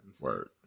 Word